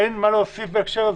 אין מה להוסיף בהקשר הזה.